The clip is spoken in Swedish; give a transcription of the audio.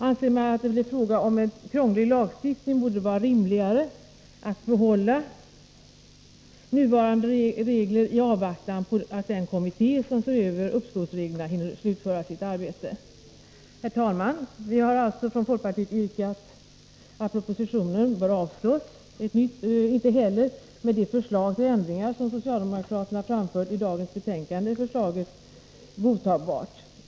Anser man att det blir fråga om en krånglig lagstiftning borde det vara rimligare att behålla nuvarande regler i avvaktan på att den kommitté som ser över uppskovsreglerna hinner slutföra sitt arbete. Herr talman! Vi har alltså från folkpartiet yrkat att propositionen skall avslås. Inte heller med de förslag till ändringar som socialdemokraterna framfört i dagens betänkande är förslaget godtagbart.